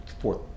fourth